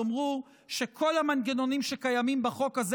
יאמרו שכל המנגנונים שקיימים בחוק הזה,